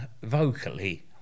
Vocally